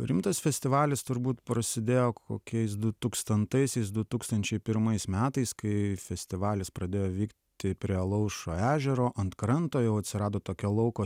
rimtas festivalis turbūt prasidėjo kokiais du tūkstantaisiais du tūkstančiai pirmais metais kai festivalis pradėjo vykti prie alaušo ežero ant kranto jau atsirado tokia lauko